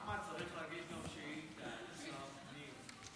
אחמד, צריך להגיש שאילתה לשר הפנים.